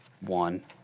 One